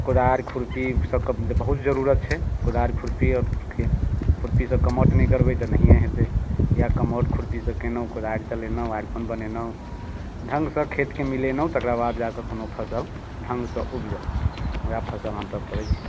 कोदारि खुरपी सभके बहुत जरूरत छै कोदारि खुरपीसभके खुरपीसँ कमाठु नहि करबै तऽ नहिए हेतै या कमाठु खुरपीसँ केलहुँ कोदारि चलेलहुँ आरि कोन बनेलहुँ ढङ्गसँ खेतकेँ मिलेलहुँ तकरा बाद जा कऽ कोनो फसल ढङ्गसँ उपजल उएह फसल हमसभ करैत छी